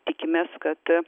tikimės kad